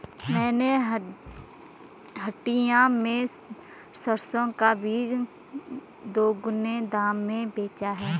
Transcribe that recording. मैंने हटिया में सरसों का बीज दोगुने दाम में बेचा है